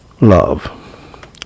love